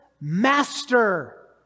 master